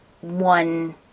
one